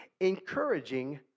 encouraging